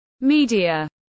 media